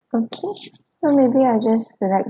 okay so maybe I'll just select